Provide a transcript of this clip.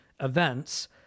events